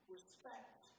Respect